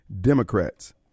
Democrats